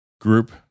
group